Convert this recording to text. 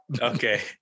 Okay